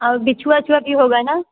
और बिछुवा उछुआ भी होगा ना